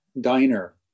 diner